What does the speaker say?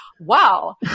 wow